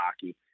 hockey